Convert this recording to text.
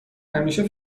همیشه